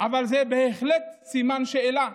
אבל זה בהחלט סימן שאלה.